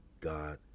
God